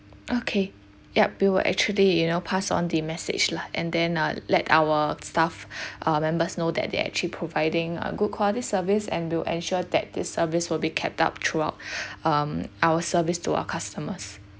okay yup we will actually you know pass on the message lah and then uh let our staff uh members know that they are actually providing a good quality service and will ensure that this service will be kept up throughout um our service to our customers